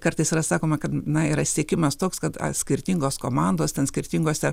kartais yra sakoma kad na yra siekimas toks kad skirtingos komandos ten skirtingose